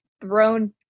thrown